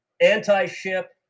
anti-ship